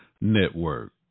Network